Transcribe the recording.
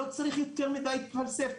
לא צריך יותר מדי להתפלסף,